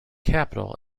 capital